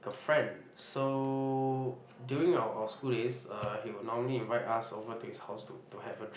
a friend so during our our school days uh he will normally invite us over to his house to to have a drink